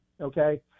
okay